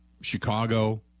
Chicago